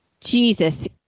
Jesus